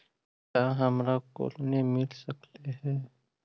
का हमरा कोलनी मिल सकले हे?